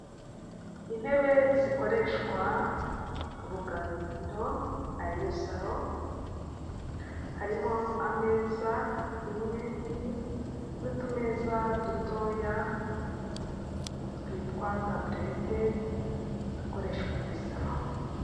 Intebe zikoreshwa mu ruganiriro ariyo salo harimo ameza imwe nini n'utumeza dutoya twitwa tabulete dukoreshwa muri salo.